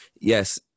Yes